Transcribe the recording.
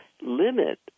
limit